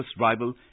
rival